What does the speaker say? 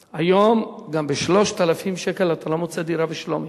היום, גם ב-3,000 שקלים אתה לא מוצא דירה בשלומי.